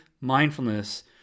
mindfulness